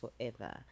forever